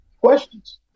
questions